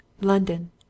London